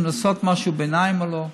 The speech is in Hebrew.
אם לעשות משהו ביניים או לא.